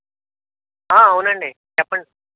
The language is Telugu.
అవునండి చెప్పండి